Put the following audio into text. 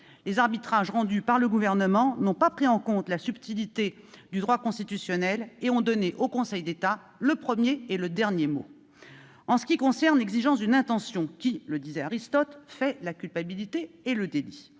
Les arbitrages rendus par le Gouvernement n'ont pas pris en compte la subtilité du droit constitutionnel et ont donné au Conseil d'État le premier et le dernier mot. En ce qui concerne l'exigence d'une intention qui, comme le disait Aristote, fait la culpabilité et le délit,